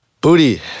Booty